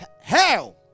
hell